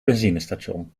benzinestation